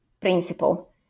principle